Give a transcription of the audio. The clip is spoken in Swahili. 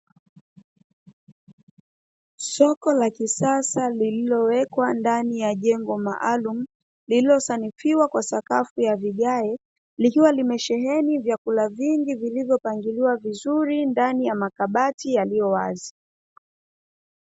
Soko la kisasa lililowekwa ndani ya jengo maalumu, lililosanifiwa kwa Sakafu ya vigae, likiwa limesheheni vyakula vingi vilivyopangiliwa vizuri ndani ya makabati yaliyowazi.